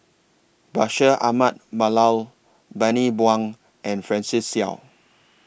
Bashir Ahmad Mallal Bani Buang and Francis Seow